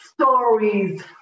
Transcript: stories